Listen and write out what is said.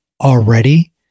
already